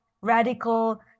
radical